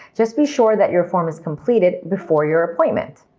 just be sure that your form is completed before your appointment.